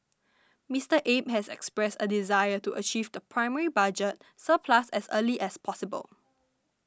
Mister Abe has expressed a desire to achieve the primary budget surplus as early as possible